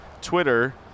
Twitter